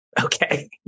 Okay